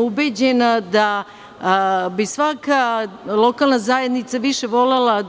Ubeđena sam da bi svaka lokalna zajednica više volela,